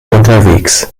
unterwegs